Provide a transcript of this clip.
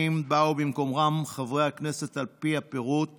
באו במקומם חברי הכנסת על פי הפירוט שלהלן: